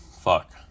fuck